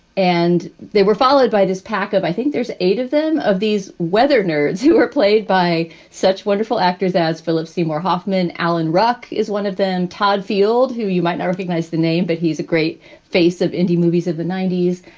and they were followed by this pack of i think there's eight of them of these weather nerds who are played by such wonderful actors as philip seymour hoffman. alan ruck is one of them. todd field, who you might not recognize the name, but he's a great face of indie movies of the ninety s.